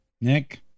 Nick